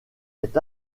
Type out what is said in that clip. est